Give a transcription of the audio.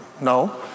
No